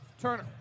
Turner